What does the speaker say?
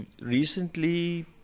Recently